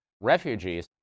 refugees